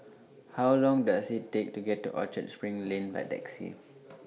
How Long Does IT Take to get to Orchard SPRING Lane By Taxi